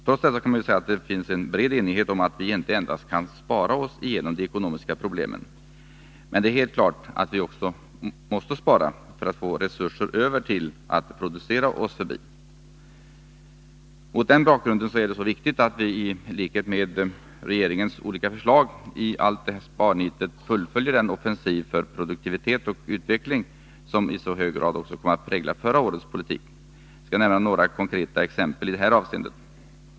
Trots detta kan man säga att det finns en bred enighet om att vi inte endast kan spara oss igenom de ekonomiska problemen. Men det är helt klart att vi också måste spara för att få resurser över till att producera oss förbi dessa. Mot den bakgrunden är det viktigt att vi i enlighet med regeringens olika förslag i allt sparnit fullföljer den offensiv för produktivitet och utveckling som i så hög grad kom att prägla förra årets politik. Jag skall nämna några konkreta exempel i det avseendet.